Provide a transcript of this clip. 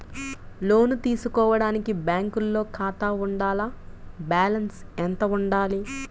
లోను తీసుకోవడానికి బ్యాంకులో ఖాతా ఉండాల? బాలన్స్ ఎంత వుండాలి?